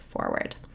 forward